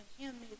handmade